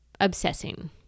obsessing